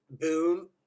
boom